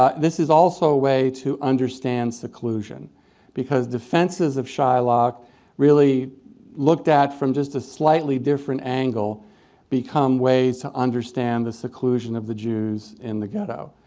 ah this is also a way to understand seclusion because defenses of shylock really looked at from just a slightly different angle become ways to understand the seclusion of the jews in the ghetto.